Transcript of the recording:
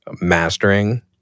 mastering